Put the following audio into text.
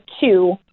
two